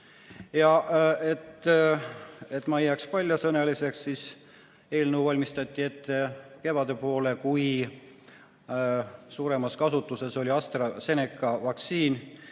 Et ma ei jääks paljasõnaliseks, siis ütlen, et eelnõu valmistati ette kevade poole, kui suuremas kasutuses oli AstraZeneca vaktsiin.